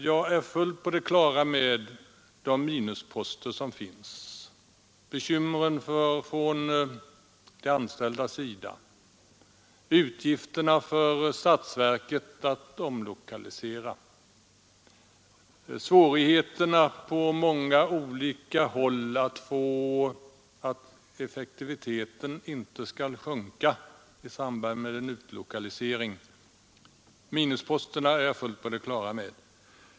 Jag är helt på det klara med de minusposter som finns: bekymren från de anställda, utgifterna för statsverket att omlokalisera och svårigheterna på många olika håll när det gäller att se till att effektiviteten inte sjunker i samband med utlokaliseringen. Minusposterna är jag alltså helt på det klara med.